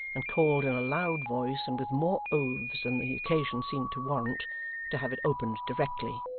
and called in a loud voice and with more oaths than the occasion seemed to warrant to have it opened directly.